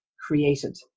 created